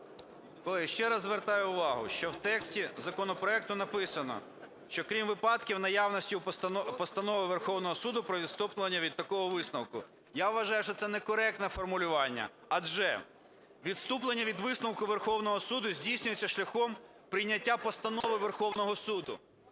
Колеги, ще раз звертаю увагу, що в тексті законопроекту написано, що, крім випадків наявності постанови Верховного Суду про відступлення від такого висновку. Я вважаю, що це некоректне формулювання, адже відступлення від висновку Верховного Суду здійснюється шляхом прийняття постанови Верховного Суду,